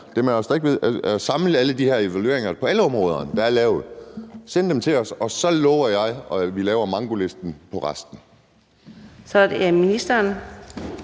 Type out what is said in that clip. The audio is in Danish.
i at samle alle de her evalueringer på alle områder, der er lavet, og sende dem til os? Så lover jeg, at vi laver mankolisten på resten. Kl. 12:28 Fjerde